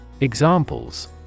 Examples